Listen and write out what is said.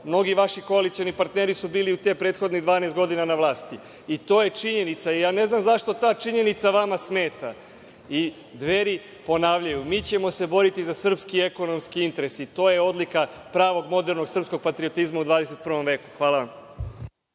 mnogi vaši koalicioni partneri su bili u tih prethodnih 12 godina na vlasti i to je činjenica. Ja ne znam zašto ta činjenica vama smeta? Dveri ponavljaju, mi ćemo se boriti za srpski ekonomski interes i to je odlika pravog, modernog srpskog patriotizma u 21. veku. Hvala vam.